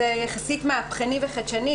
והוא יחסית מהפכני וחדשני,